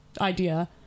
Idea